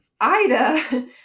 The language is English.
ida